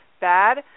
bad